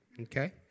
okay